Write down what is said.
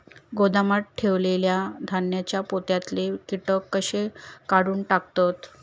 गोदामात ठेयलेल्या धान्यांच्या पोत्यातले कीटक कशे काढून टाकतत?